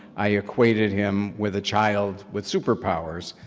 i equated him with a child with superpowers.